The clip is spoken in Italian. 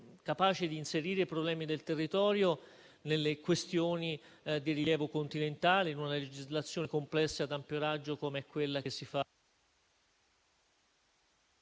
capace di inserire i problemi del territorio nelle questioni di rilievo continentale, in una legislazione complessa e ad ampio raggio, come quella che si fa...